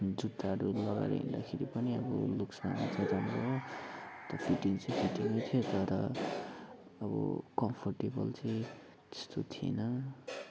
जुत्ताहरू लगाएर हिँड्दाखेरि पनि अब लुक्स राम्रो त राम्रो तर फिटिङ चाहिँ फिटिङै थियो तर अब कम्फोर्टेबल चाहिँ त्यस्तो थिएन